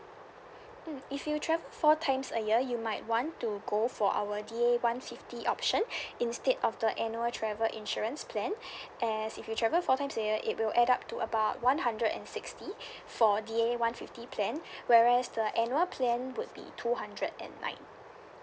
mm if you travel four times a year you might want to go for our D A one fifty option instead of the annual travel insurance plan as if you travel four times a year it will add up to about one hundred and sixty for D_A one fifty plan whereas the annual plan would be two hundred and nine